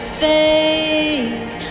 fake